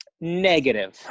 Negative